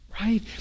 right